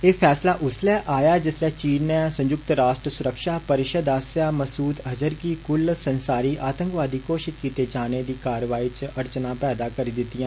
एह् फैसला उस्सले आया जिस्सलै चीन नै संयुक्त राश्ट्र सुरक्षा परिशद आस्सेआ मसूद अज़हर गी कुल संसारी आतंकवादी घोशित कीते जाने दी कारवाई च अड़चना पैदा करी दितियां